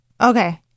Okay